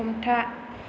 हमथा